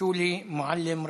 שולי מועלם-רפאלי.